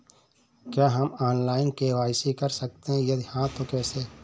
क्या हम online KYC कर सकते हैं यदि हाँ तो कैसे?